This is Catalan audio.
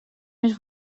més